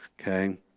okay